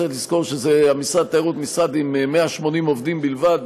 צריך לזכור שמשרד התיירות הוא משרד עם 180 עובדים בלבד,